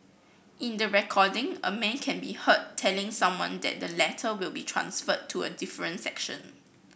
in the recording a man can be heard telling someone that the latter will be transferred to a different section